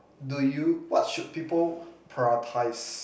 do you what should people prioritize